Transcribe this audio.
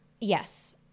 yes